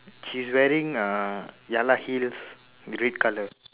she's wearing uh ya lah heels with red colour